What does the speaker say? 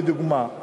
לדוגמה,